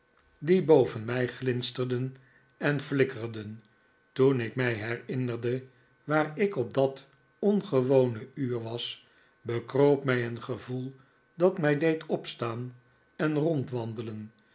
die boven mij glinsterden en flikkerden toen ik mij herinnerde waar ik op dat ongewone uur was bekroop mij een gevoel dat mij deed opstaan en rondwandelen